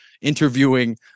interviewing